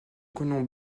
colons